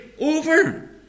over